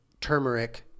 turmeric